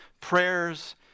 prayers